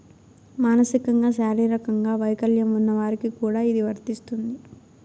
మానసికంగా శారీరకంగా వైకల్యం ఉన్న వారికి కూడా ఇది వర్తిస్తుంది